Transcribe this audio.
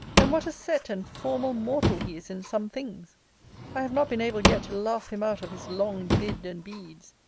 then what a set and formal mortal he is in some things i have not been able yet to laugh him out of his long bid and beads.